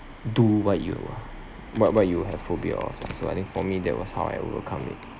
do what you are what what you have phobia of so I think for me that was how I overcome it